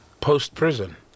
post-prison